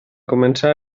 començar